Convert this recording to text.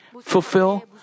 fulfill